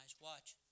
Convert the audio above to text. watch